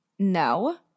No